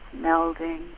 melding